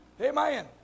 Amen